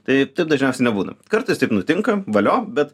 tai dažniausiai nebūna kartais taip nutinka valio bet